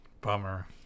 bummer